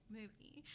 movie